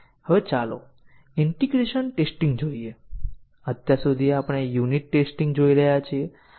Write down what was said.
હવે ચાલો આ ઉદાહરણ જોઈએ b ની બરાબર અને અહીં સ્ટેટમેન્ટ નંબર 1 છે